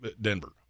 Denver